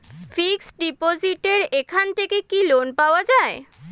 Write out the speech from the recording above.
Fix ডিপোজিটের এখান থেকে কি লোন পাওয়া যায়?